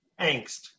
angst